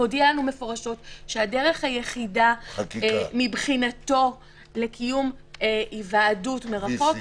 הודיע לנו מפורשות שהדרך היחידה מבחינתנו לקיום היוועדות מרחוק